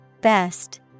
Best